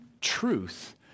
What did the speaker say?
truth